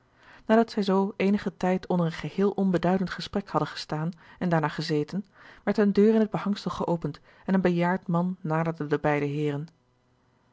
nadat zij zoo eenigen tijd onder een geheel onbeduidend gesprek hadden gestaan en daarna gezeten werd eene deur in het behangsel geopend en een bejaard man naderde de beide heeren